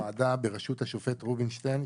ועדה בראשות השופט רובינשטיין,